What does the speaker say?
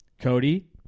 Cody